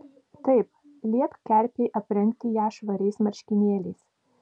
taip liepk kerpei aprengti ją švariais marškinėliais